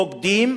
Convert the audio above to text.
בוגדים,